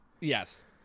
Yes